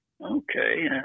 okay